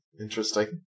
Interesting